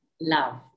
love